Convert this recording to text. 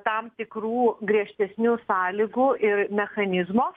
tam tikrų griežtesnių sąlygų ir mechanizmo